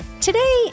today